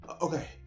okay